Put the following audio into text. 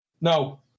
No